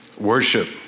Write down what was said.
worship